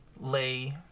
lay